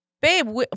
Babe